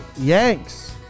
Yanks